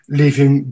leaving